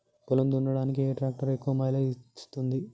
పొలం దున్నడానికి ఏ ట్రాక్టర్ ఎక్కువ మైలేజ్ ఇస్తుంది?